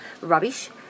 rubbish